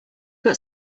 got